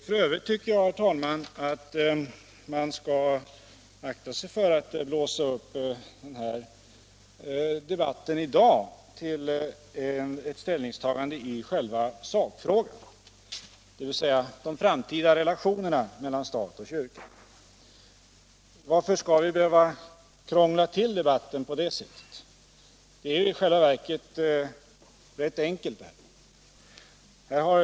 F. ö. tycker jag, herr talman, att man skall akta sig för att blåsa upp debatten i dag till ett ställningstagande i själva sakfrågan, dvs. de framtida relationerna mellan staten och kyrkan. Varför skall vi behöva krångla till debatten på det sättet? Det är i själva verket rätt enkelt.